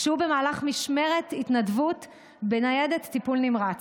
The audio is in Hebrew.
כשהוא במהלך משמרת התנדבות בניידת טיפול נמרץ.